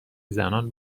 زنان